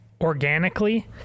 organically